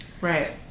Right